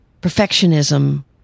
perfectionism